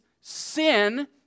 sin